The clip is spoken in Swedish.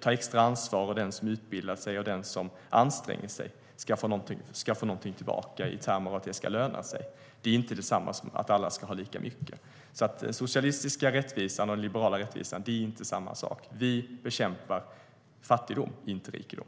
tar extra ansvar, den som utbildar sig och den som anstränger sig ska få någonting tillbaka i termer av att det ska löna sig. Det är inte detsamma som att alla ska ha lika mycket. Den socialistiska rättvisan och den liberala rättvisan är inte samma sak. Vi bekämpar fattigdom - inte rikedom.